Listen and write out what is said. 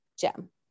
Gem